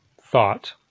thought